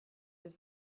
have